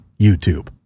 YouTube